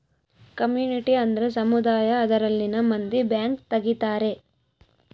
community ಅಂದ್ರ ಸಮುದಾಯ ಅದರಲ್ಲಿನ ಮಂದಿ ಬ್ಯಾಂಕ್ ತಗಿತಾರೆ